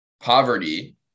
poverty